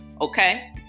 okay